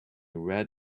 red